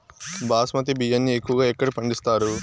బాస్మతి బియ్యాన్ని ఎక్కువగా ఎక్కడ పండిస్తారు?